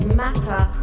matter